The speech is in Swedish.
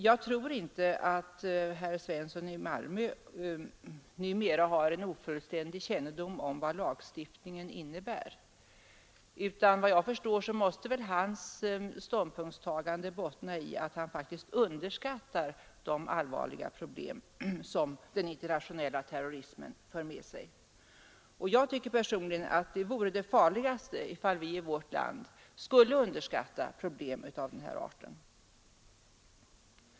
Jag tror inte att herr Svensson i Malmö numera har en ofullständig kännedom om vad lagförslaget innebär, utan vad jag förstår måste hans ståndpunktstagande bottna i att han faktiskt underskattar de allvarliga problem som den internationella terrorismen för med sig. Jag tycker personligen att det vore det farligaste som kunde hända om vi i vårt land skulle underskatta problem av den här arten.